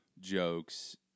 jokes